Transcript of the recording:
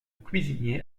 cuisinier